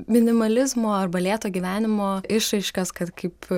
minimalizmo arba lėto gyvenimo išraiškas kad kaip